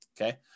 okay